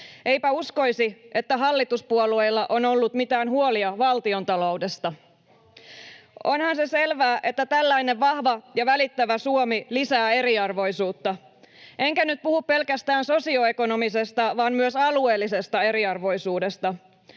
Eipä uskoisi, että hallituspuolueilla on ollut mitään huolia valtiontaloudesta. [Mari-Leena Talvitien välihuuto] Onhan se selvää, että tällainen vahva ja välittävä Suomi lisää eriarvoisuutta, enkä nyt puhu pelkästään sosioekonomisesta vaan myös alueellisesta eriarvoisuudesta.